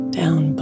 down